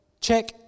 Check